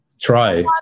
try